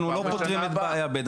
אנחנו לא פותרים את בעיה ב'.